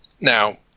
now